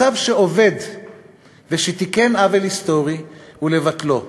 מצב שעובד ותיקן עוול היסטורי, ולבטלו,